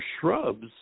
shrubs